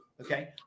Okay